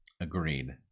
agreed